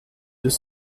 deux